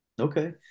Okay